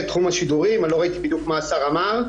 בתחום השידורים, אני לא ראיתי בדיוק מה השר אמר.